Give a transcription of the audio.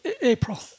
April